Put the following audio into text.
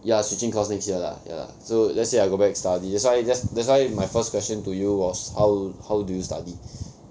ya I switching course next year lah ya lah so let's say I go back study that's why that's that's why my first question to you was how how do you study